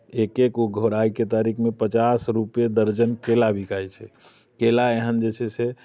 एक एक गो घोराइके तारीखमे पचास रुपैए दर्जन केरा बिकाइत छै केरा एहन जे छै से